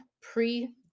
pre